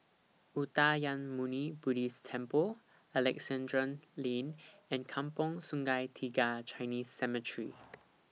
Uttamayanmuni Buddhist Temple Alexandra Lane and Kampong Sungai Tiga Chinese Cemetery